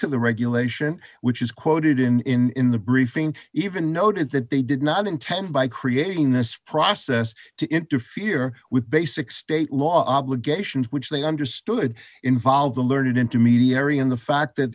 to the regulation which is quoted in the reefing even noted that they did not intend by creating this process to interfere with basic state law obligations which they understood involve the learned intermediary in the fact that